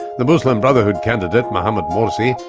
the muslim brotherhood candidate, mohamed morsi,